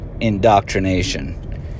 indoctrination